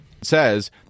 says